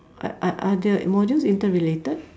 are are are their modules interrelated